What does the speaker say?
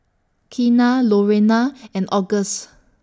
Keena Lurena and Auguste